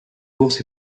courses